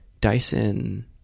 Dyson